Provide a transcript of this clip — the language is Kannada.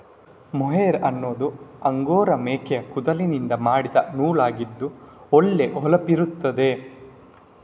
ಮೊಹೇರ್ ಅನ್ನುದು ಅಂಗೋರಾ ಮೇಕೆಯ ಕೂದಲಿನಿಂದ ಮಾಡಿದ ನೂಲು ಆಗಿದ್ದು ಒಳ್ಳೆ ಹೊಳಪಿರ್ತದೆ